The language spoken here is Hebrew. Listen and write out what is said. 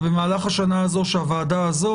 ובמהלך השנה הזו שהוועדה הזו,